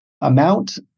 amount